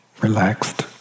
relaxed